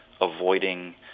avoiding